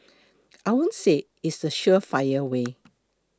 I won't say it's the surefire way